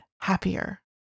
happier